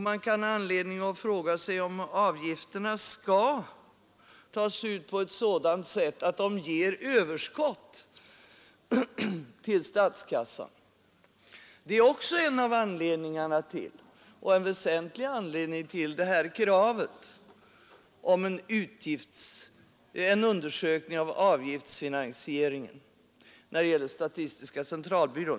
Man kan ha anledning att fråga sig om avgifter bör tas ut på ett sådant sätt att de ger överskott till statskassan. Detta är en väsentlig anledning till kravet på en utredning om avgiftsfinansieringen när det gäller statistiska centralbyrån.